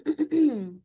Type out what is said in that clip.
Okay